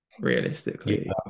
realistically